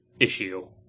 issue